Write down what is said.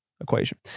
equation